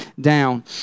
down